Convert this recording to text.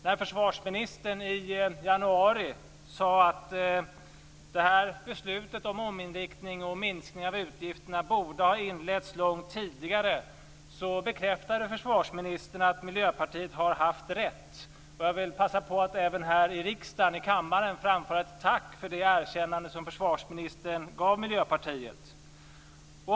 När försvarsministern i januari sade att beslutet om ominriktning och minskning av utgifterna borde ha inletts långt tidigare, bekräftade försvarsministern att Miljöpartiet har haft rätt. Jag bör väl passa på att även här i riksdagens kammare framföra ett tack för det erkännande som försvarsministern gav Miljöpartiet.